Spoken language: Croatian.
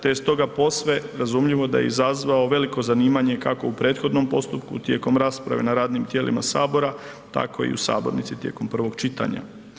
Te je stoga posve razumljivo da je izazvao veliko zanimanje kako u prethodnom postupku tijekom rasprave na radnim tijelima Sabora tako i u sabornici tijekom prvog čitanja.